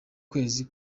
kwezi